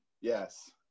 Yes